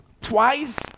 twice